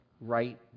right